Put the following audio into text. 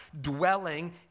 dwelling